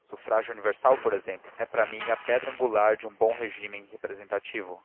sufrágio universal por exemplo é para mim a pedra angular de um bom regímen representativo